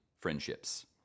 friendships